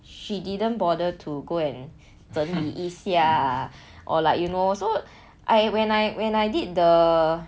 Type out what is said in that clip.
she didn't bother to go and 整理一下 or like you know so I when I when I did the